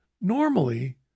normally